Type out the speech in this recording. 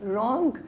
Wrong